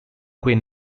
queen